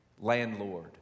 landlord